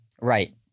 Right